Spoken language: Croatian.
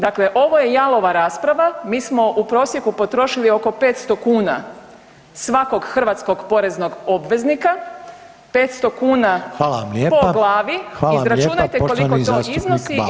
Dakle, ovo je jalova rasprava, mi smo u prosjeku potrošili oko 500 kuna svakog hrvatskog poreznog obveznika, 500 kuna po glavi, izračunajte koliko to iznosi